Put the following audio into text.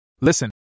Listen